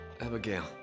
Abigail